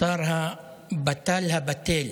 שר הבט"ל הבָּטֵל,